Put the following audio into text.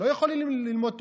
לא יכולים ללמוד תורה.